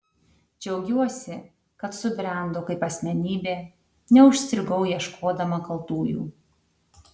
džiaugiuosi kad subrendau kaip asmenybė neužstrigau ieškodama kaltųjų